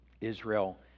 Israel